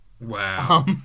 wow